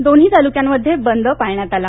दोन्ही तालुक्यांमध्ये बंद पाळण्यात आला